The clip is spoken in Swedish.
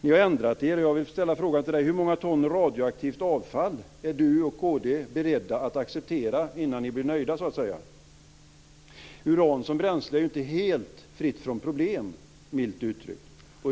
Ni har ändrat er. Hur många ton radioaktivt avfall är Göran Hägglund och kd beredda att acceptera innan ni blir nöjda? Uran som bränsle är inte helt fritt från problem - milt uttryckt.